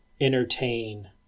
entertain